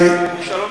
שלום".